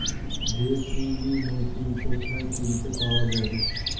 JCB machine কোথায় কিনতে পাওয়া যাবে?